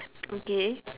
okay